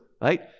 right